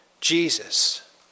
Jesus